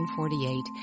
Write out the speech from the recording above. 1948